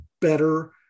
better